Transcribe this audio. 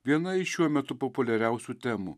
viena iš šiuo metu populiariausių temų